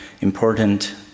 important